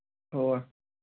اَوا